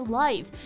life